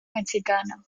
mexicano